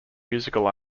musical